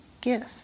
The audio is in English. gift